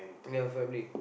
ya family